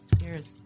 Cheers